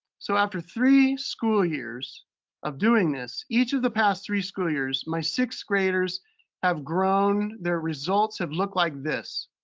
so after three school years of doing this, each of the past three school years, my sixth graders have grown, their results have looked like this.